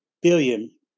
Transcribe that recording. billion